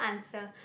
answer